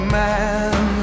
man